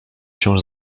się